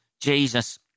Jesus